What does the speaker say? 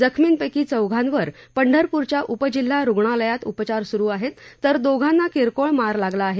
जखमीपँकी चौघांवर पंढरपूरच्या उपजिल्हा रुग्णालयाय उपचार सुरू आहेत तर दोघांना किरकोळ मार लागला आहे